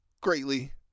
greatly